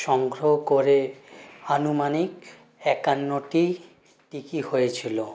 সংগ্রহ করে আনুমানিক একান্নটি টিকি হয়েছিলো